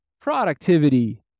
productivity